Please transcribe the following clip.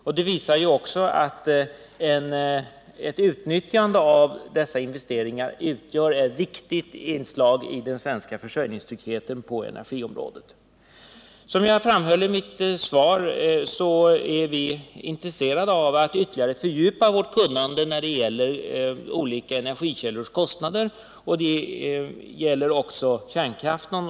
Detta visar också att ett utnyttjande av dessa investeringar utgör ett viktigt inslag i den svenska försörjningstryggheten på energiområdet. Som jag framhöll i mitt svar är vi intresserade av att ytterligare fördjupa vårt kunnande när det gäller olika energikällors kostnader. Det gäller också kärnkraften.